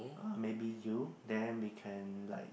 uh maybe you then we can like